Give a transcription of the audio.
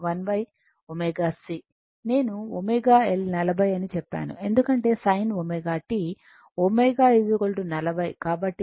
నేను L 40 అని చెప్పాను ఎందుకంటే sin ωt ω 40 కాబట్టి L ω L 0